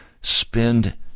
Spend